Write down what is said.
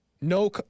No